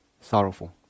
Sorrowful